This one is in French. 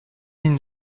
denis